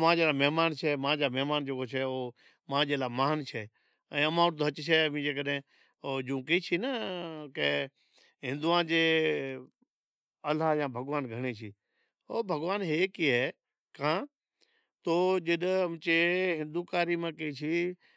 مانجا مہمان چھے تو مہمان مانجے لا مہان چھے ائیں کہیشیں کہ ہندواں جے الا یا بھگوان گھرے چھے تو بھگوان ایک ای ہے ہاں تو جڈہں ہندوکاری ماں کہیچھیں